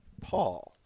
Paul